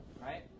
right